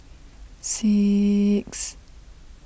six